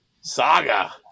saga